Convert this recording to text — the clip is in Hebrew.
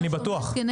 אני בטוח,